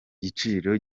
giciro